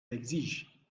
l’exige